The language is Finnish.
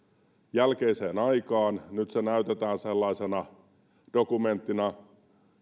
jälkeiseen aikaan nyt se näytetään sellaisena dokumenttina